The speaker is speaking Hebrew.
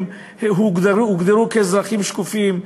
הם הוגדרו כאזרחים שקופים,